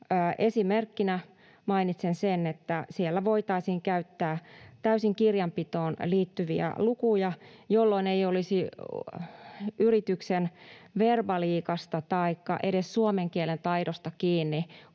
Esimerkkinä mainitsen sen, että siellä voitaisiin käyttää täysin kirjanpitoon liittyviä lukuja, jolloin ei olisi yrityksen verbaliikasta taikka edes suomen kielen taidosta kiinni,